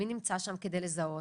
מי נמצא שם כדי לזהות?